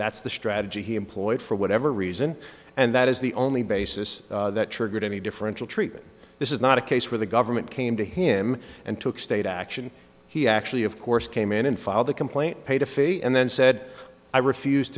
that's the strategy he employed for whatever reason and that is the only basis that triggered any differential treatment this is not a case where the government came to him and took state action he actually of course came in and filed the complaint paid a fee and then said i refused